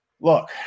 look